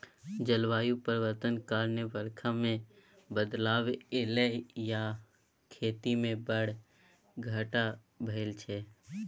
जलबायु परिवर्तन कारणेँ बरखा मे बदलाव एलय यै आर खेती मे बड़ घाटा भेल छै